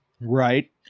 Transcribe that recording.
Right